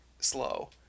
slow